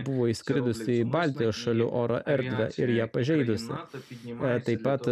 buvo įskridusi į baltijos šalių oro erdvę ir ją pažeidusi taip pat